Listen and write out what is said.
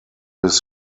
his